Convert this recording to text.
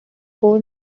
core